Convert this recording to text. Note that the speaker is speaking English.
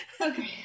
okay